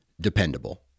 dependable